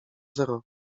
zero